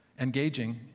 engaging